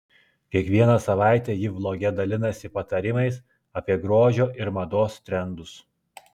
kiekvieną savaitę ji vloge dalinasi patarimais apie grožio ir mados trendus